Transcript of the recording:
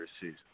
season